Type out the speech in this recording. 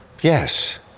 Yes